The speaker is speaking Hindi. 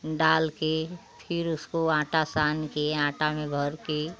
डाल के फिर उसको आटा सान के आटा में भर के